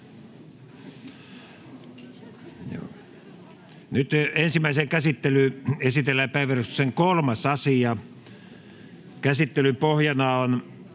Ensimmäiseen käsittelyyn esitellään päiväjärjestyksen 3. asia. Käsittelyn pohjana on